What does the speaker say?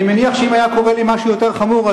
אני מניח שאם היה קורה לי משהו יותר חמור,